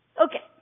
Okay